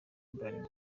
urban